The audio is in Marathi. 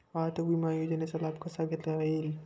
वाहतूक विमा योजनेचा लाभ कसा घेता येईल?